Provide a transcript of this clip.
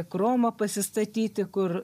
kromą pasistatyti kur